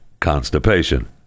constipation